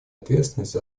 ответственность